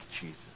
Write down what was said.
Jesus